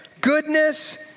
goodness